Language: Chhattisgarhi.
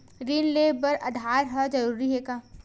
ऋण ले बर आधार ह जरूरी हे का?